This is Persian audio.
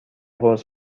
قرص